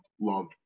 loved